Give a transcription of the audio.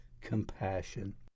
compassion